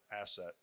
asset